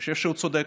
אני חושב שהוא צודק.